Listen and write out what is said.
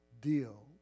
deal